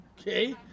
Okay